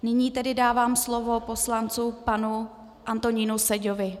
Nyní tedy dávám slovo poslanci panu Antonínu Seďovi.